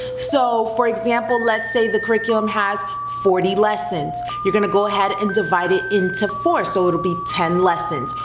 so, for example, let's say the curriculum has forty lessons. you're gonna go ahead and divide it into four, so it'll be ten lessons,